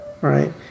right